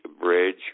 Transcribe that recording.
bridge